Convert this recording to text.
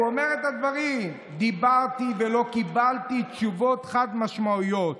הוא אומר את הדברים: דיברתי ולא קיבלתי תשובות חד-משמעיות.